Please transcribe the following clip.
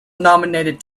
nominated